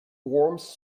worms